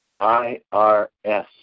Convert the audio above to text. IRS